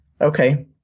okay